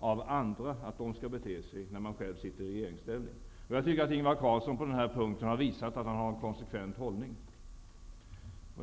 av andra när man själv sitter i regeringsställning. På den här punkten har Ingvar Carlsson visat att han har en konsekvent hållning.